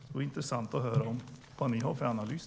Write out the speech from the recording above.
Det vore intressant att få höra er analys.